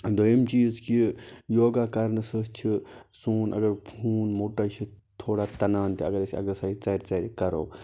دوٚیِم چیٖز کہِ یوگا کَرنہٕ سۭتۍ چھُ سون اگر خوٗن موٹا چھِ تھوڑا تَنان تہِ اگر أسۍ اٮ۪کزَرسایز ژَرِ ژَرِ کَرو